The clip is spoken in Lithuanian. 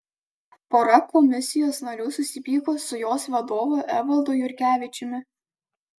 pora komisijos narių susipyko su jos vadovu evaldu jurkevičiumi